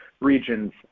regions